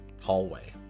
hallway